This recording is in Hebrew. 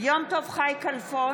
יום טוב חי כלפון,